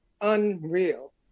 unreal